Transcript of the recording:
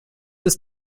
ist